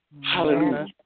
Hallelujah